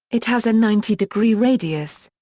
it has a ninety degree radius.